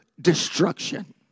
destruction